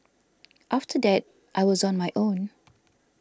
after that I was on my own